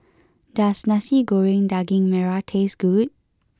does Nasi Goreng Daging Merah taste good